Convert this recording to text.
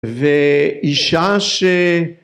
ואישה ש...